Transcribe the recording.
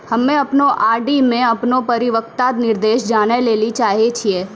हम्मे अपनो आर.डी मे अपनो परिपक्वता निर्देश जानै ले चाहै छियै